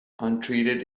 untreated